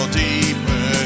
deeper